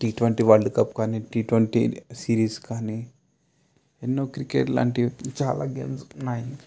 tea twenty world cup కానీ T twenty series కానీ ఎన్నో క్రికెట్ లాంటివి చాలా గేమ్స్ ఉన్నాయి